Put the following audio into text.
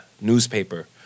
newspaper